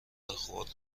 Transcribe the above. خرد